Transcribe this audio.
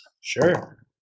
Sure